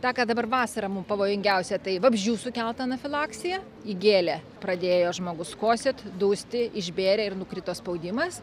tą ką dabar vasarą pavojingiausia tai vabzdžių sukelta anafilaksija įgėlė pradėjo žmogus kosėt dusti išbėrė ir nukrito spaudimas